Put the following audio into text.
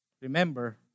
Remember